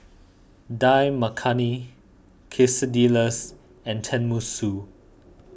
Dal Makhani Quesadillas and Tenmusu